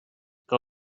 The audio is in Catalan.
que